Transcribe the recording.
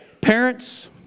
Parents